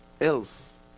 else